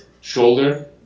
shoulder